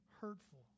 hurtful